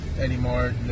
anymore